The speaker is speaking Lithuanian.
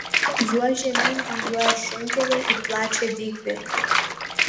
juo žemyn vingiuoja šunkeliai į plačią dykvietę